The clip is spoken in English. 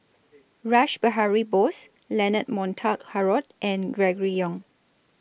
Rash Behari Bose Leonard Montague Harrod and Gregory Yong